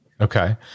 Okay